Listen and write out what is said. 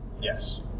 Yes